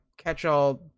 catch-all